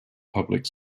public